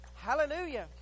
Hallelujah